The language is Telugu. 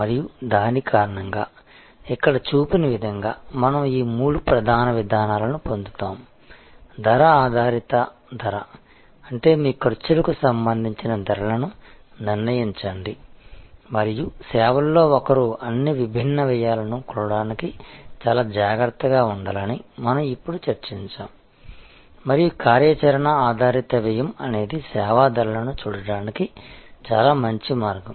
మరియు దాని కారణంగా ఇక్కడ చూపిన విధంగా మనం ఈ మూడు ప్రధాన విధానాలను పొందుతాము ధర ఆధారిత ధర అంటే మీ ఖర్చులకు సంబంధించిన ధరలను నిర్ణయించండి మరియు సేవల్లో ఒకరు అన్ని విభిన్న వ్యయాలను కొలవడానికి చాలా జాగ్రత్తగా ఉండాలని మనం ఇప్పుడు చర్చించాము మరియు కార్యాచరణ ఆధారిత వ్యయం అనేది సేవా ధరలను చూడడానికి చాలా మంచి మార్గం